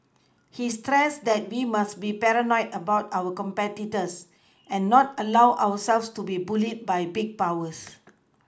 he stressed that we must be paranoid about our competitors and not allow ourselves to be bullied by big powers